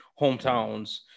hometowns